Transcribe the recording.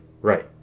Right